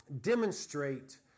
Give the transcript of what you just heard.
demonstrate